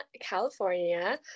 California